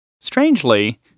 Strangely